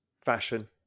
fashion